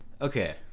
okay